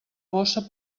bossa